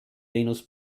venus